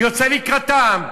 יוצא לקראתם.